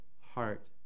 heart